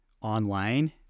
online